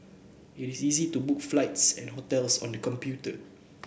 it is easy to book flights and hotels on the computer